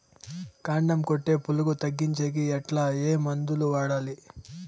కాండం కొట్టే పులుగు తగ్గించేకి ఎట్లా? ఏ మందులు వాడాలి?